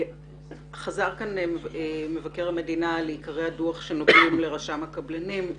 חזר כאן מבקר המדינה על עיקרי הדוח שנוגעים לרשם הקבלנים: